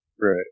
Right